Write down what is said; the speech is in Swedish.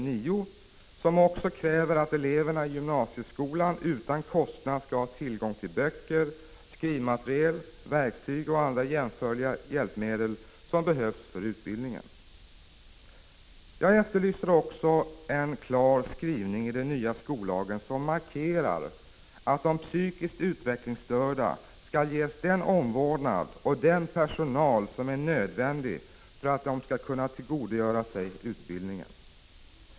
I denna reservation kräver vpk också att eleverna i gymnasieskolan utan kostnad skall ha tillgång till böcker, skrivmateriel, verktyg och andra jämförliga hjälpmedel som behövs för utbildningen. Jag efterlyser också en klar skrivning i den nya skollagen där det markeras att de psykiskt utvecklingsstörda skall ges den omvårdnad och den personal som är nödvändig för att de skall kunna tillgodogöra sig utbildningen.